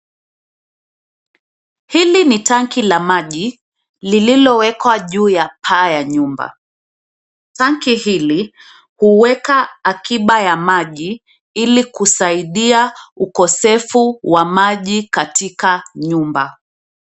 Hili ni tanki la maji lililowekwa juu ya paa ya nyuma. Tanki hili huweka akiba ya maji ili kusaida ukosefu wa maji katika nyumba.